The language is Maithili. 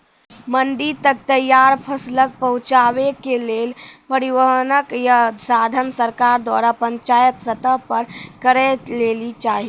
मंडी तक तैयार फसलक पहुँचावे के लेल परिवहनक या साधन सरकार द्वारा पंचायत स्तर पर करै लेली चाही?